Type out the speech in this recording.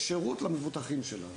שירות למבוטחים שלנו.